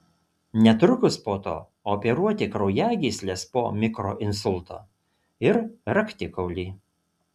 netrukus po to operuoti kraujagysles po mikroinsulto ir raktikaulį